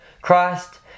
Christ